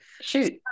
Shoot